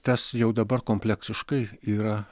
tas jau dabar kompleksiškai yra